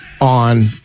on